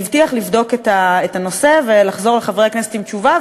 והבטיח לבדוק את הנושא ולחזור לחברי הכנסת עם תשובה.